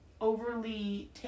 overly